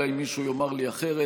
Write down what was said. אלא אם מישהו יאמר לי אחרת,